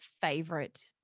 favorite